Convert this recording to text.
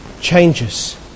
changes